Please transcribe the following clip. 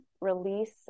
release